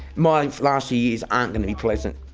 my last years aren't going to be pleasant.